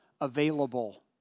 available